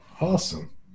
Awesome